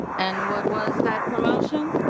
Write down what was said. and what was that promotion?